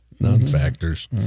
non-factors